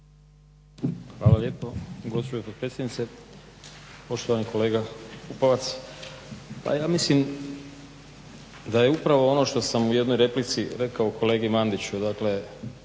Hvala lijepo gospođo potpredsjednice. Poštovani kolega Pupovac, pa ja mislim da je upravo ono što sam u jednoj replici rekao kolegi Mandiću.